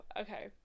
okay